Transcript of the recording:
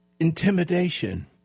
intimidation